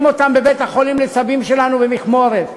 אותם בבית-החולים לצבים שלנו במכמורת,